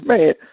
Man